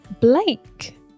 blake